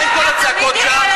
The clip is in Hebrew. מה עם כל הצעקות שם?